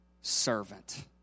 servant